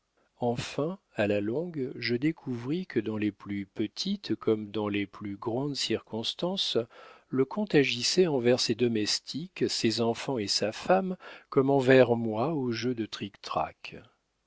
enfin à la longue je découvris que dans les plus petites comme dans les plus grandes circonstances le comte agissait envers ses domestiques ses enfants et sa femme comme envers moi au jeu de trictrac